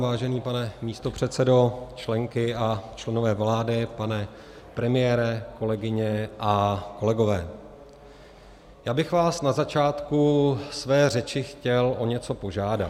Vážený pane místopředsedo, členky a členové vlády, pane premiére, kolegyně a kolegové, já bych vás na začátku své řeči chtěl o něco požádat.